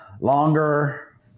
longer